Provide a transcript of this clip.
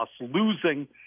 losing